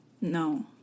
No